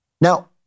Now